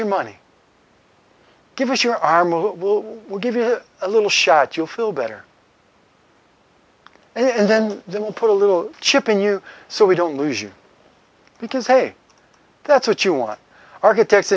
your money give us your arm will give you a little shot you'll feel better and then we'll put a little chip in you so we don't lose you because hey that's what you want architects